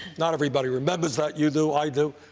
not everybody remembers that. you do. i do.